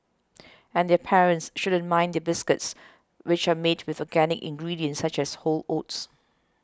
and their parents shouldn't mind the biscuits which are made with organic ingredients such as whole oats